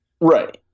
Right